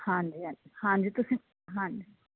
ਹਾਂਜੀ ਹਾਂਜੀ ਹਾਂਜੀ ਤੁਸੀਂ ਹਾਂਜੀ